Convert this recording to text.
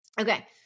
Okay